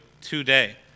today